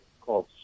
called